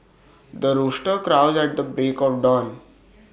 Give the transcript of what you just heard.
the rooster crows at the break of dawn